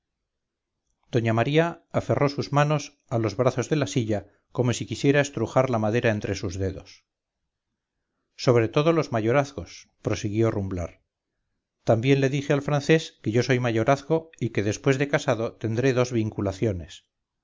doña maría aferró sus manos a los brazos de la silla como si quisiera estrujar la madera entre sus dedos sobre todo los mayorazgos prosiguió rumblar también le dije al francés que yo soy mayorazgo y que después de casado tendré dos vinculaciones